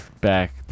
back